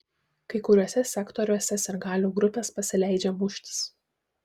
kai kuriuose sektoriuose sirgalių grupės pasileidžia muštis